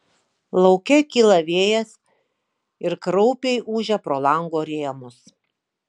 lauke kyla vėjas ir kraupiai ūžia pro lango rėmus